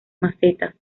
macetas